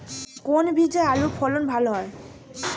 কোন বীজে আলুর ফলন ভালো হয়?